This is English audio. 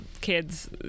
kids